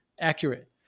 accurate